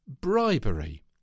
bribery